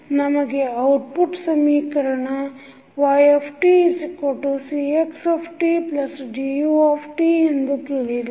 ನಮಗೆ output ಸಮೀಕರಣytCxtDutಎಂದು ತಿಳಿದಿದೆ